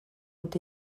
ont